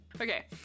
Okay